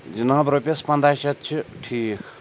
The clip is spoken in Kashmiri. جناب رۄپیَس پنٛداہ شٮ۪تھ چھِ ٹھیٖک